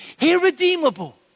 irredeemable